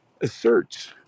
asserts